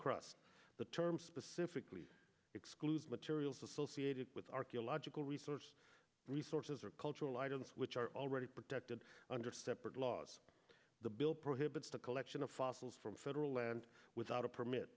crust the term specifically excludes materials associated with archaeological resource resources or cultural items which are already protected under separate laws the bill prohibits the collection of fossils from federal land without a permit